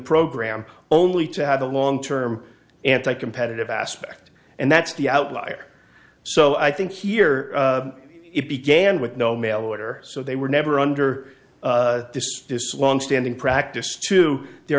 program only to have a long term anti competitive aspect and that's the outlier so i think here it began with no mail order so they were never under this longstanding practice to there